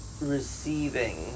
receiving